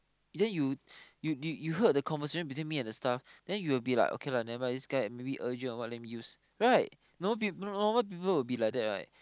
then you you you you heard the conversation between me and the staff then you will be like okay lah maybe this guy maybe urgent or what let me use right normal people normal people will be like that right